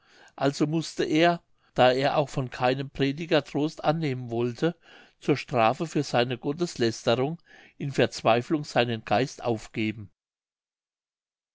also mußte er da er auch von keinem prediger trost annehmen wollte zur strafe für seine gotteslästerung in verzweiflung seinen geist aufgeben